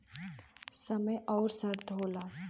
समय अउर शर्त होला